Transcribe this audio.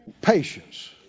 Patience